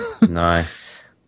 Nice